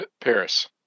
Paris